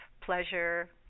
pleasure